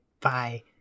bye